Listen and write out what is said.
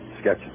sketch